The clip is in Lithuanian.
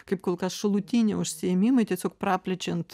kaip kol kas šalutiniai užsiėmimai tiesiog praplečiant